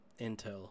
Intel